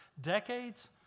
decades